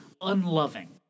unloving